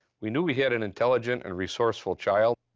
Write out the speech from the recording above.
we knew we had an intelligent and resourceful child.